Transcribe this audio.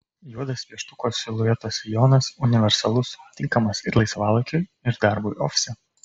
juodas pieštuko silueto sijonas universalus tinkamas ir laisvalaikiui ir darbui ofise